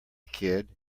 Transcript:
kid